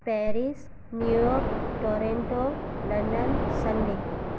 Paris New York Toronto London Sunday